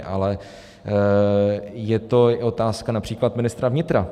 Ale je to otázka například ministra vnitra.